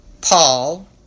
paul